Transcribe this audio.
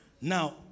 Now